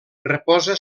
reposa